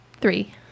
three